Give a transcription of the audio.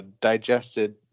digested